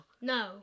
No